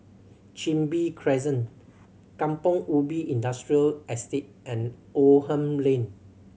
Chin Bee Crescent Kampong Ubi Industrial Estate and Oldham Lane